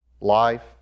Life